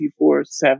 24-7